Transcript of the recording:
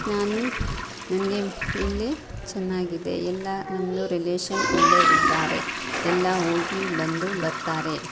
ನಾನು ನನಗೆ ಇಲ್ಲೇ ಚೆನ್ನಾಗಿದೆ ಎಲ್ಲ ನಮ್ಮ ನಮ್ಮದು ರಿಲೇಶನ್ ಇಲ್ಲೇ ಇದ್ದಾರೆ ಎಲ್ಲ ಹೋಗಿ ಬಂದು ಬರ್ತಾರೆ